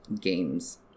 games